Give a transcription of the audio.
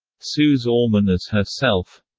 suze orman as herself